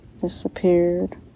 disappeared